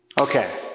Okay